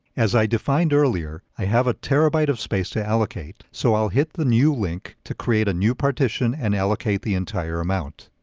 as i defined earlier, i have a terabyte of space to allocate, so i'll hit the new link to create a new partition and allocate the entire amount.